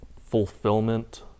fulfillment